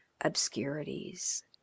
obscurities